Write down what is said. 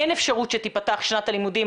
אין אפשרות שתיפתח שנת הלימודים,